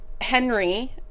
Henry